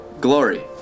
glory